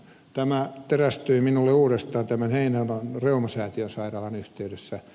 tämä terästyi minulle uudestaan tämän heinolan reumasäätiön sairaalan yhteydessä